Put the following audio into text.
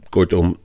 Kortom